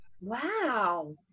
Wow